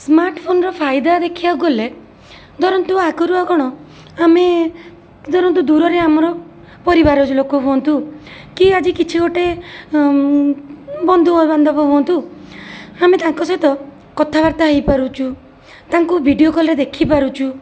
smart ଫୋନରେ ଫାଇଦା ଦେଖିବାକୁ ଗଲେ ଧରନ୍ତୁ ଆଗରୁ ଆଉ କ'ଣ ଆମେ ଧରନ୍ତୁ ଦୂରରେ ଆମର ପରିବାର ଯୋ ଲୋକ ହୁଅନ୍ତୁ କି ଆଜି କିଛି ଗୋଟେ ବନ୍ଧୁବାନ୍ଧବ ହୁଅନ୍ତୁ ଆମେ ତାଙ୍କ ସହିତ କଥାବାର୍ତ୍ତା ହେଇପାରୁଛୁ ତାଙ୍କୁ ଭିଡ଼ିଓ କଲ୍ରେ ଦେଖିପାରୁଛୁ